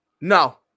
No